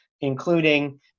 including